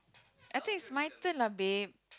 I think it's my turn lah babe